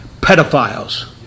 Pedophiles